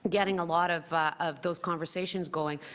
getting a lot of of those conversations going,